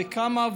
וכמה?